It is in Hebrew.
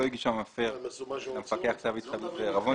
לא הגיש המפר למפקח כתב התחייבות ועירבון,